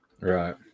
Right